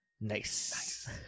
Nice